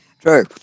True